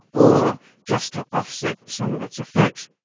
or just to offset some of its effects.